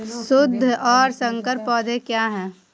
शुद्ध और संकर पौधे क्या हैं?